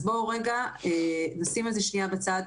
בואו רגע נשים את זה שניה בצד.